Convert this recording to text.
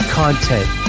content